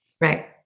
Right